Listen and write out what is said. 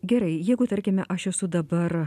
gerai jeigu tarkime aš esu dabar